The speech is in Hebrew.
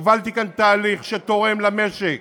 הובלתי כאן תהליך שתורם למשק,